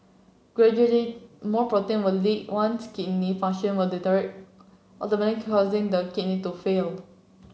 gradually more protein will leak one's kidney function will deteriorate ultimately causing the kidney to fail